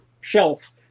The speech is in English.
shelf